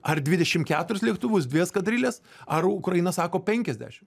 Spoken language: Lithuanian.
ar dvidešim keturis lėktuvus dvi eskadriles ar ukraina sako penkiasdešim